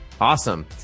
Awesome